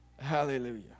Hallelujah